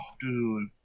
Dude